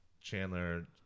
Chandler